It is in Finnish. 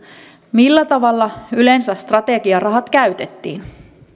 millä tavalla yleensä strategiarahat käytettiin